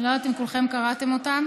אני לא יודעת אם כולכם קראתם אותו.